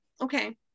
okay